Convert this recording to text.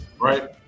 right